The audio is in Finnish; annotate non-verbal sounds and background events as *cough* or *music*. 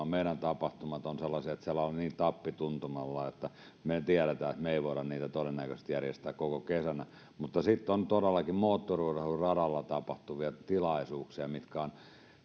*unintelligible* meidän tapahtumamme ovat sellaisia että siellä ollaan niin tappituntumalla että me tiedämme että me emme voi niitä todennäköisesti järjestää koko kesänä sitten on todellakin moottoriurheiluradalla tapahtuvia tilaisuuksia missä on niin kuin